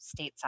stateside